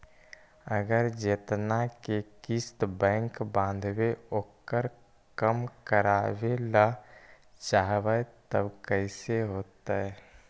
अगर जेतना के किस्त बैक बाँधबे ओकर कम करावे ल चाहबै तब कैसे होतै?